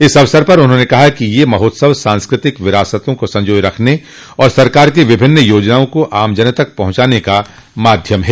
इस अवसर पर उन्होंने कहा कि यह महोत्सव सांस्कृतिक विरासतों को संजोय रखने और सरकार की विभिन्न योजनाओं को आमजन तक पहुंचाने का माध्यम है